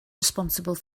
responsible